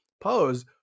pose